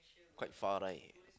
quite far right